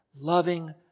loving